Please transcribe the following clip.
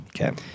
Okay